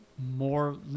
more